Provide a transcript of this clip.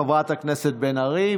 חברת הכנסת בן ארי,